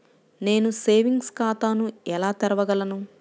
నేను సేవింగ్స్ ఖాతాను ఎలా తెరవగలను?